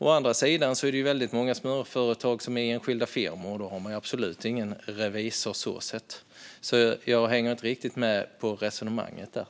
Å andra sidan är det väldigt många småföretag som är enskilda firmor, och då har de absolut ingen revisor, så jag hänger inte riktigt med i resonemanget där.